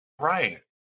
right